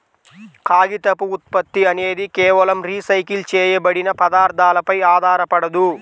కాగితపు ఉత్పత్తి అనేది కేవలం రీసైకిల్ చేయబడిన పదార్థాలపై ఆధారపడదు